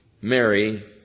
Mary